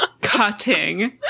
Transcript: Cutting